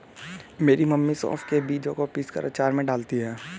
मेरी मम्मी सौंफ के बीजों को पीसकर अचार में डालती हैं